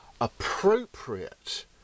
appropriate